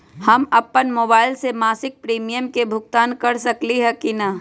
हम अपन मोबाइल से मासिक प्रीमियम के भुगतान कर सकली ह की न?